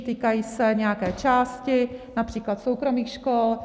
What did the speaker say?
Týkají se nějaké části, například soukromých škol.